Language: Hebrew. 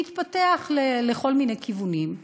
שהתפתח לכל מיני כיוונים,